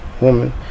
woman